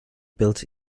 built